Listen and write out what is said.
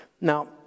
Now